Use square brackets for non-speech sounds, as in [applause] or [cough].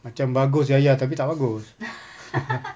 macam bagus ya ya tapi tak bagus [laughs]